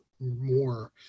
more